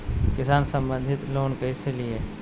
किसान संबंधित लोन कैसै लिये?